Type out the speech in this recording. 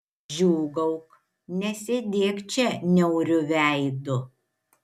džiūgauk nesėdėk čia niauriu veidu